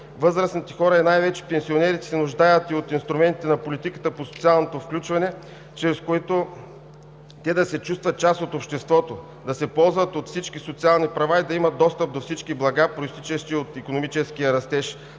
възрастните хора и най-вече пенсионерите се нуждаят и от инструментите на политиката по социалното включване, чрез които те да се чувстват част от обществото, да се ползват от всички социални права и да имат достъп до всички блага, произтичащи от икономическия растеж